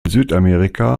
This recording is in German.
südamerika